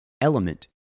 element